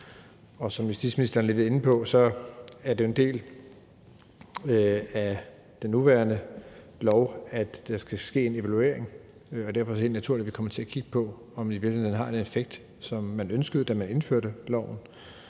Som justitsministeren lidt er inde på, er det jo en del af den nuværende lov, at der skal ske en evaluering. Derfor er det helt naturligt, at vi kommer til at kigge på, om det i virkeligheden har den effekt, som man ønskede, da man indførte loven.